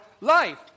life